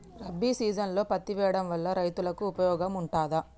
రబీ సీజన్లో పత్తి వేయడం వల్ల రైతులకు ఉపయోగం ఉంటదా?